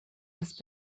has